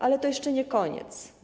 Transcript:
Ale to jeszcze nie koniec.